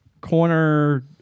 corner